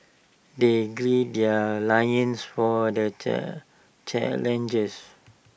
they glim their for the turn challengers